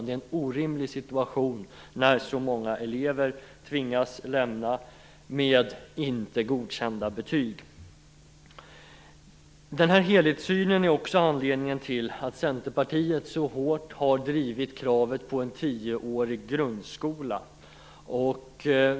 Det är en orimlig situation att så många elever tvingas lämna skolan med icke godkända betyg. Den här helhetssynen är också anledningen till att Centerpartiet så hårt har drivit kravet på tioårig grundskola.